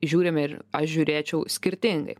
žiūrime ir aš žiūrėčiau skirtingai